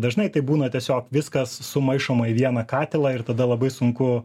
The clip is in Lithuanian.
dažnai tai būna tiesiog viskas sumaišoma į vieną katilą ir tada labai sunku